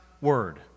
word